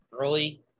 early